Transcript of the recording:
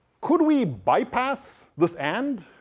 could we bypass this and?